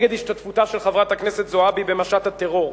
נגד השתתפותה של חברת הכנסת זועבי במשט הטרור.